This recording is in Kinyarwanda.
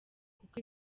kuko